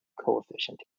coefficient